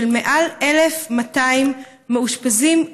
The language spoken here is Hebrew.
מעל 1,200 מאושפזים כרוניים,